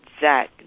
Zach